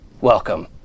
Welcome